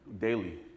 daily